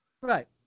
Right